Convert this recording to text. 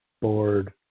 board